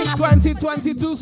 2022